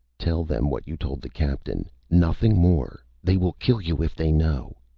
tell them what you told the captain, nothing more. they will kill you if they know.